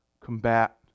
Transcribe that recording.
combat